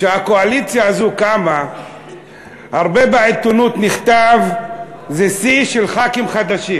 כשהקואליציה הזאת קמה נכתב בעיתונות הרבה: זה שיא של ח"כים חדשים.